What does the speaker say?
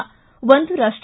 ಿ ಒಂದು ರಾಷ್ಟ